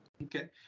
Okay